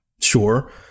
sure